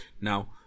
now